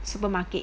supermarket